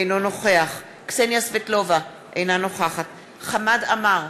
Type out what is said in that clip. אינו נוכח קסניה סבטלובה, אינה נוכחת חמד עמאר,